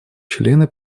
члены